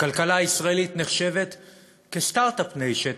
הכלכלה הישראלית נחשבת ל-Start-up Nation,